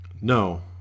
No